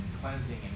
cleansing